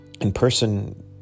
in-person